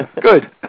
Good